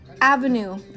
avenue